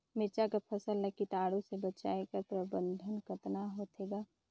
मिरचा कर फसल ला कीटाणु से बचाय कर प्रबंधन कतना होथे ग?